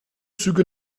züge